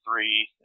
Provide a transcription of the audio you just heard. Three